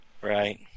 Right